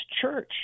church